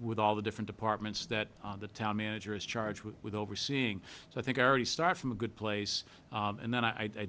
with all the different departments that the town manager is charged with overseeing so i think i already start from a good place and then i